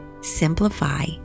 simplify